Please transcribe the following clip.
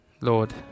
Lord